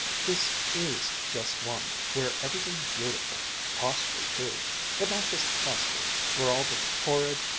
this is just one! where everything's beautiful costly too but not just costly where all the horrid,